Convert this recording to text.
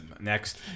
Next